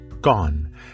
gone